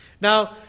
Now